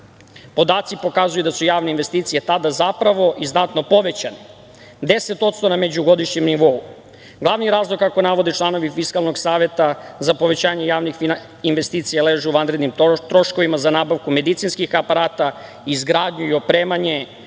Podaci pokazuju da su javne investicije tada zapravo i znatno povećane - 10% na međugodišnjem nivou. Glavni razlog, kako navode članovi Fiskalnog saveta, za povećanje javnih investicija leži u vanrednim troškovima za nabavku medicinskih aparata, izgradnju i opremanje